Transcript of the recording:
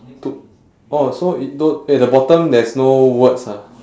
to oh so it don't at the bottom there's no words ah